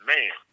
Man